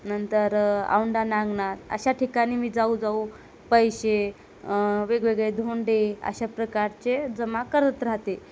नंतर औंढा नागनाथ अशा ठिकाणी मी जाऊ जाऊ पैसे वेगवेगळे धोंडे अशा प्रकारचे जमा करत राहते